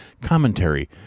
commentary